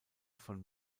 von